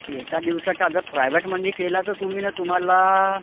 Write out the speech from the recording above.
एका दिवसाचा अगर प्रायव्हेटमध्ये केला तर तुम्ही ना तुम्हाला